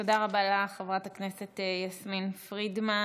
תודה רבה לך, חברת הכנסת יסמין פרידמן.